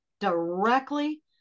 directly